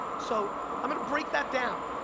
so, i'm gonna break that down,